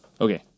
Okay